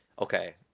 okay